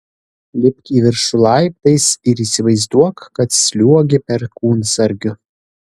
lipk į viršų laiptais ir įsivaizduok kad sliuogi perkūnsargiu